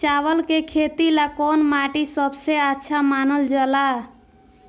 चावल के खेती ला कौन माटी सबसे अच्छा मानल जला?